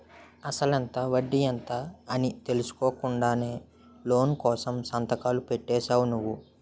అసలెంత? వడ్డీ ఎంత? అని తెలుసుకోకుండానే లోను కోసం సంతకాలు పెట్టేశావా నువ్వు?